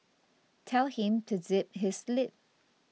tell him to zip his lip